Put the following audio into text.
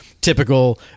typical